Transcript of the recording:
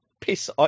piss